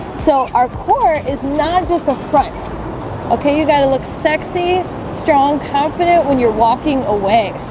so our core is not just the front okay, you got to look sexy strong confident when you're walking away